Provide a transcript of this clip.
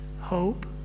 hope